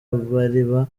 amariba